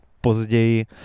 později